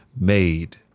Made